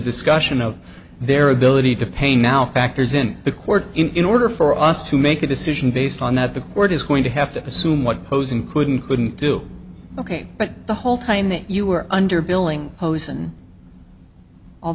discussion of their ability to pay now factors in the court in order for us to make a decision based on that the court is going to have to assume what posen couldn't couldn't do ok but the whole time that you were under billing